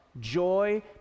joy